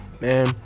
Man